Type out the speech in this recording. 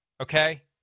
okay